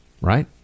right